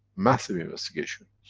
massive investigation.